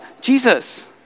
Jesus